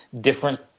different